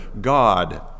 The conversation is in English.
God